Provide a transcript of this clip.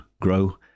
grow